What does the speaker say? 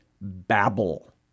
babble